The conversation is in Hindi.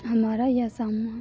हमारा यह सामान